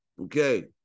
Okay